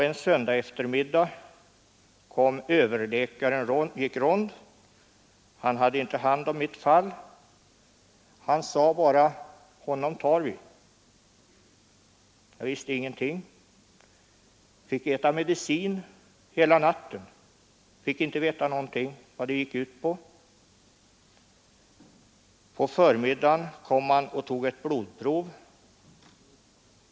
En söndagseftermiddag gick överläkaren rond. Han hade inte hand om mitt fall. Han sade bara: Honom tar vi. Jag fick äta medicin hela natten men fick inte veta någonting om vad det gick ut på. På förmiddagen togs ett blodprov.